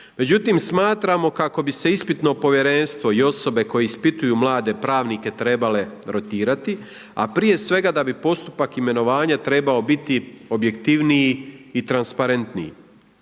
Međutim smatramo kako bi se ispitno povjerenstvo i osobe koje ispituju mlade pravnike trebale rotirati, a prije svega da bi postupak imenovanja trebao biti objektivniji i transparentniji.